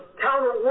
counter